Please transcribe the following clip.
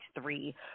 three